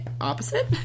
opposite